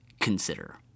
consider